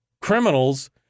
Criminals